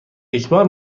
یکبار